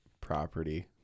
property